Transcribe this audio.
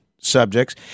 subjects